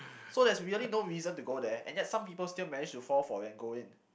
so there's really no reason to go there and yet some people still managed to fall for and go in